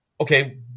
Okay